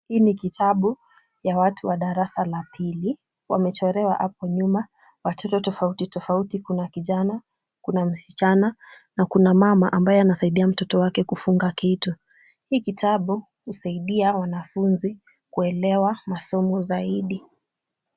Hii ni kitabu ya watu wa darasa la pili. Wamechorewa hapo nyuma watoto tofauti tofauti. Kuna kijana, kuna msichana na kuna mama ambaye anasaidia mtoto wake kufunga kitu. Hii kitabu husaidia wanafunzi kuelewa masomo zaidi.